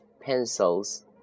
pencils